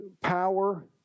power